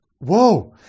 whoa